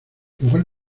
igual